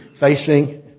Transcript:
facing